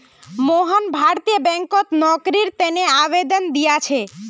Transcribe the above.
मोहन भारतीय बैंकत नौकरीर तने आवेदन दिया छे